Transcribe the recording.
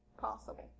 possible